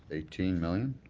eighteen million?